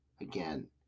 again